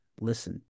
listen